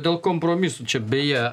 dėl kompromisų čia beje